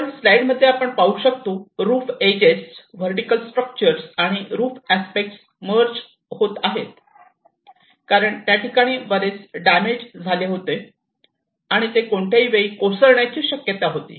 वर स्लाईड मध्ये आपण पाहु शकतो रूफ इज व्हर्टिकल स्ट्रक्चर आणि रूफ अस्पेक्ट मर्ज होत आहे कारण त्या ठिकाणी बरेच डॅमेज झाले होते आणि ते कोणत्याही वेळी कोसळण्याची शक्यता होती